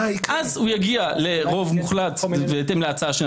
כזה יגיע לרוב מוחלט בהתאם להצעה.